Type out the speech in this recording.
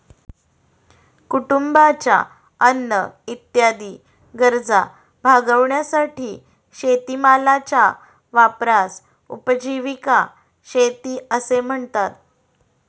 कुटुंबाच्या अन्न इत्यादी गरजा भागविण्यासाठी शेतीमालाच्या वापरास उपजीविका शेती असे म्हणतात